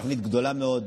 תוכנית גדולה מאוד,